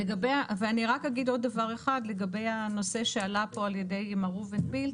אני רק אומר עוד דבר אחד לגבי הנושא שעלה כאן על ידי מר ראובן בילט.